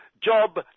Job